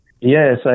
yes